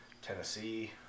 Tennessee